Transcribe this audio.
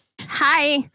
Hi